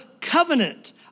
covenant